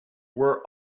were